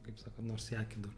kaip sako nors į akį durk